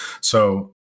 So-